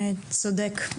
צודק.